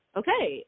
okay